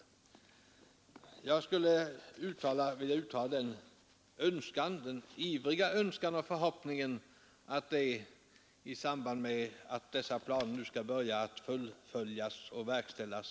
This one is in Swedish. Jag skulle vilja uttala den ivriga önskan och förhoppningen att de här synpunkterna blir beaktade i samband med att planerna nu skall börja fullföljas och verkställas.